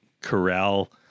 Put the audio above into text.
corral